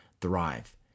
thrive